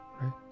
right